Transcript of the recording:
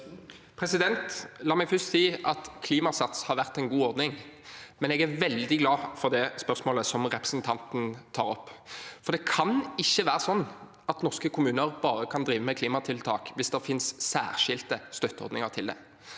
La meg først si at Klimasats har vært en god ordning, og jeg er veldig glad for det spørsmålet representanten stiller. Det kan ikke være slik at norske kommuner bare kan drive med klimatiltak hvis det finnes særskilte støtteordninger for det.